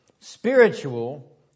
spiritual